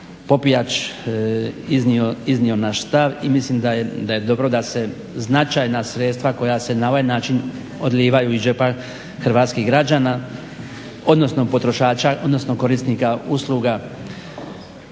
Popijač iznio naš stav i mislim da je dobro da se značajna sredstva koja se na ovaj način odlijevaju iz džepa hrvatskih građana odnosno potrošača odnosno korisnika usluga